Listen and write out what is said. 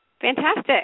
Fantastic